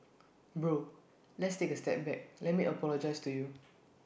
bro let's take A step back let me apologise to you